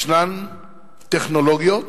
יש טכנולוגיות,